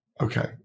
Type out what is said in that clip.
Okay